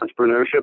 entrepreneurship